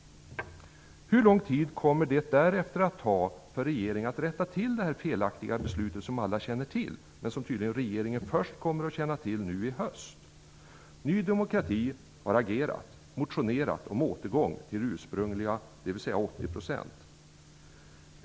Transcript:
Hur lång tid kommer det därefter att ta för regeringen att rätta till detta felaktiga beslut som alla känner till men som regeringen tydligen kommer att känna till först till hösten? Ny demokrati har agerat och motionerat om en återgång till de ursprungliga 80 procenten.